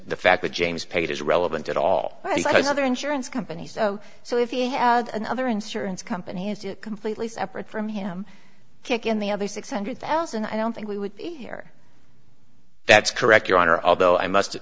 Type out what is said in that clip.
the fact that james paid is relevant at all but i see other insurance companies so if he had another insurance company is completely separate from him kick in the other six hundred thousand i don't think we would care that's correct your honor although i must